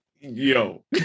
Yo